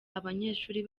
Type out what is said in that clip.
abanyeshuri